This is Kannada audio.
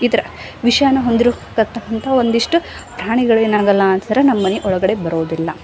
ಈ ಥರ ವಿಷಾನು ಹೊಂದಿರುತಕ್ಕಂಥ ಒಂದಿಷ್ಟು ಪ್ರಾಣಿಗಳು ಏನಾಗಲ್ಲ ಅಂತಂದ್ರೆ ನಮ್ಮನೆ ಒಳಗಡೆ ಬರೋದಿಲ್ಲ